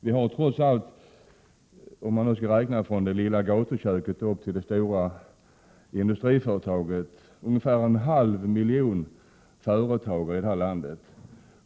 Om man inbegriper allt från det lilla gatuköket till det stora industriföretaget, har vi ungefär en halv miljon företag i landet.